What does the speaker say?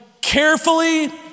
carefully